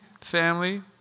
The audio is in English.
family